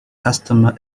customer